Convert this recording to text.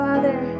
Father